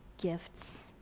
gifts